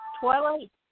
Twilight